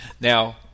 Now